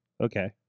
okay